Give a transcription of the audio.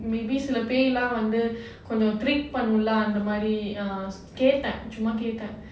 maybe சில பேய்லாம் வந்து கொஞ்சம்:sila peilaam vandhu konjam trick பண்ணுமள அந்த மாதிரி கேட்டேன் சும்மா கேட்டேன்:pannumla andha maathiri ketaen summa ketaen